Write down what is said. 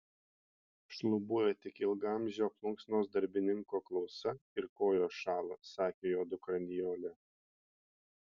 šlubuoja tik ilgaamžio plunksnos darbininko klausa ir kojos šąla sakė jo dukra nijolė